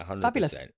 Fabulous